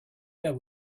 there